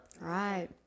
Right